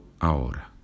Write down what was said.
ahora